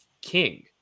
king